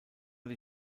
die